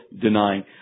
denying